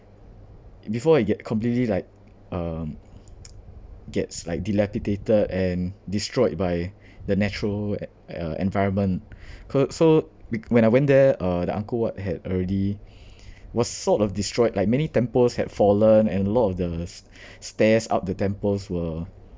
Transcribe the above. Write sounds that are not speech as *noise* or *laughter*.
before it get completely like um *noise* gets like dilapidated and destroyed by the natural e~ uh environment cau~ so when I went there uh the angkor wat had already was sort of destroyed like many temples had fallen and a lot of the s~ stairs up the temples were